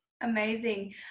Amazing